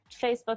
Facebook